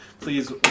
please